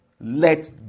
Let